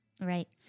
Right